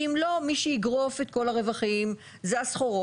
כי אם לא, מי שיגרוף את כל הרווחים זה הסחורות.